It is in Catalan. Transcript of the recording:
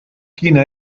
quina